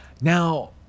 now